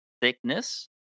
thickness